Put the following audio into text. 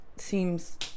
seems